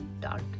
dark